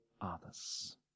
others